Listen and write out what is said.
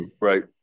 Right